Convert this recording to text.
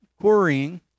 quarrying